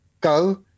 Go